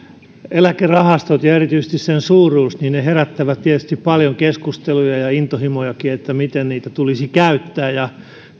eläkerahastot ja erityisesti niiden suuruus herättävät tietysti paljon keskusteluja ja intohimojakin miten niitä tulisi käyttää ja